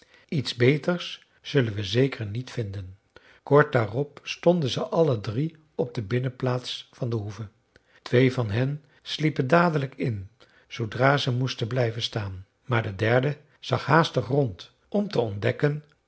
iets beters zullen we zeker niet vinden kort daarop stonden ze alle drie op de binnenplaats van de hoeve twee van hen sliepen dadelijk in zoodra ze moesten blijven staan maar de derde zag haastig rond om te ontdekken